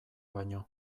baino